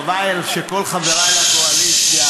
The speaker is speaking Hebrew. חבל שכל חבריי בקואליציה,